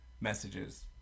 messages